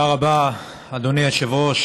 אדוני היושב-ראש.